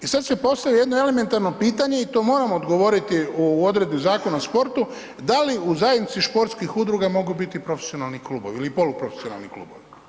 I sad se postavlja jedno elementarno pitanje i to moramo odgovoriti u odredbi Zakona o sportu da li u zajednici sportskih udruga mogu biti profesionalni klubovi ili poluprofesionalni klubovi.